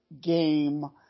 game